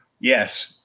yes